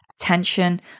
attention